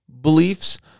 beliefs